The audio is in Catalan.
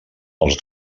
els